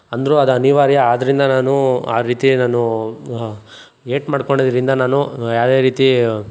ಅಂದರು ಅದು ಅನಿವಾರ್ಯ ಆದ್ರಿಂದ ನಾನು ಆ ರೀತಿ ನಾನು ಏಟು ಮಾಡಿಕೊಂಡಿದ್ರಿಂದ ನಾನು ಯಾವುದೇ ರೀತಿ